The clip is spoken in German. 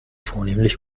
vornehmlich